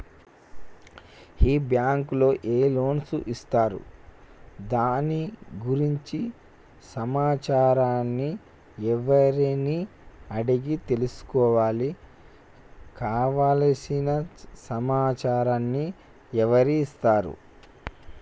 ఈ బ్యాంకులో ఏ లోన్స్ ఇస్తారు దాని గురించి సమాచారాన్ని ఎవరిని అడిగి తెలుసుకోవాలి? కావలసిన సమాచారాన్ని ఎవరిస్తారు?